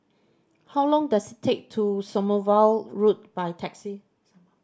how long does take to Sommerville Road by taxi